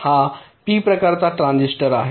हा पी प्रकारचा ट्रान्झिस्टर आहे